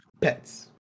Pets